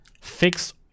fix